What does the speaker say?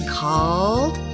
called